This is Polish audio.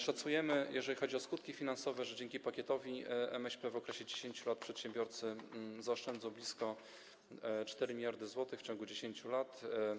Szacujemy, jeżeli chodzi o skutki finansowe, że dzięki pakietowi MŚP w okresie 10 lat przedsiębiorcy zaoszczędzą blisko 4 mld zł w ciągu 10 lat.